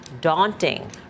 daunting